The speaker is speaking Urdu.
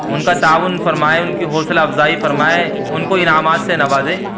ان کا تعاون فرمائے ان کی حوصلہ افزائی فرمائے ان کو انعامات سے نوازے